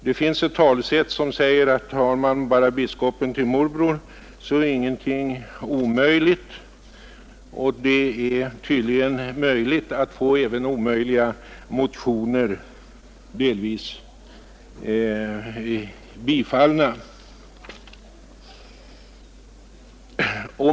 Det finns ett talesätt att har man bara biskopen till morbror så är ingenting omöjligt, och det går tydligen att få även omöjliga motioner delvis bifallna.